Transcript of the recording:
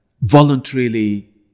voluntarily